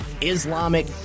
Islamic